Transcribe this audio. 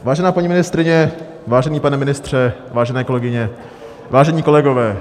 Vážená paní ministryně, vážený pane ministře, vážené kolegyně, vážení kolegové.